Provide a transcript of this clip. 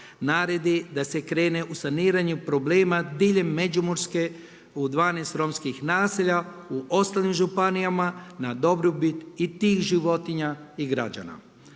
naredi da se krene u saniranje problema diljem Međimurske u 12 romskih naselja, u ostalim županijama na dobrobit i tih životinja i građana.